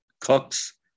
Cooks